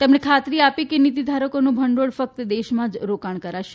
તેમણે ખાતરી આપી હતી કે નીતિધારકોનું ભંડોળ ફક્ત દેશમાં જ રોકાણ કરાશે